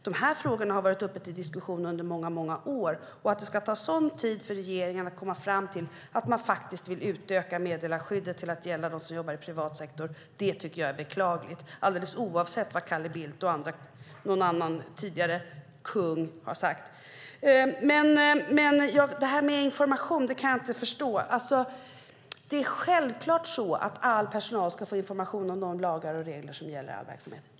De här frågorna har varit uppe till diskussion under många år, och att det kan ta sådan tid för regeringen att komma fram till att man vill utöka meddelarskyddet till att gälla dem som jobbar i privat sektor tycker jag är beklagligt, alldeles oavsett vad Carl Bildt eller någon tidigare kung har sagt. Självklart ska all personal få information om de lagar och regler som gäller i deras verksamhet.